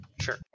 Sure